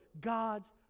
God's